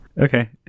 Okay